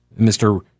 Mr